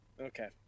Okay